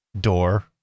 door